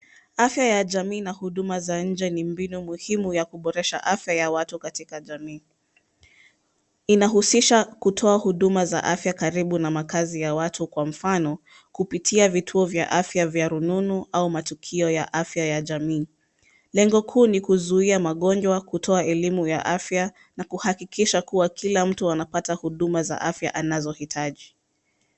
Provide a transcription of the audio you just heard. Afya ya jamii na huduma za nje ni mbinu muhimu ya kuboresha afya ya watu katika jamii. Inahusisha kutoa huduma za afya karibu na makazi ya watu. Kwa mfano kupitia vituo vya afya vya rununu au matukio ya afya ya jamii. Lengo kuu ni kuzuia magonjwa, kutoa elimu ya afya na kuhakikisha kuwa kila mtu anapata huduma za afya anazoitaji.